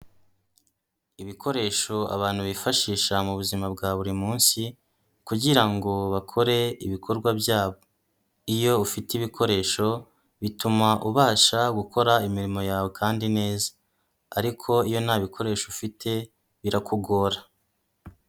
Ibikoresho abantu bifashisha mu buzima bwa buri munsi kugira ngo bakore ibikorwa byabo, iyo ufite ibikoresho bituma ubasha gukora imirimo yawe kandi neza, ariko iyo nta bikoresho ufite birakugora.